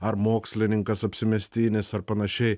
ar mokslininkas apsimestinis ar panašiai